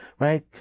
Right